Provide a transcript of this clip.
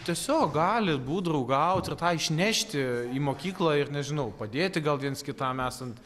tiesiog gali būt draugaut ir tą išnešti į mokyklą ir nežinau padėti gal viens kitam esant